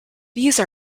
these